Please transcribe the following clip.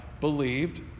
believed